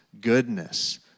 goodness